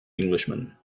englishman